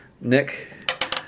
Nick